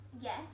Yes